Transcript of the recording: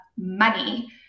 money